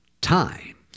time